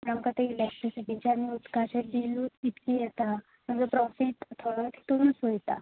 आनी आमकां तें इलेक्ट्रिसिटीचें आनी उदकाचें बिलूय कितलें येता आमचो सगळो प्रोफिट थोडो तितूनच वयता